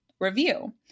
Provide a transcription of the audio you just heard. Review